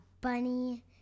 bunny